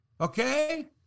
okay